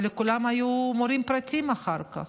אבל לכולם היו מורים פרטיים אחר כך,